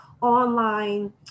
online